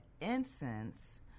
incense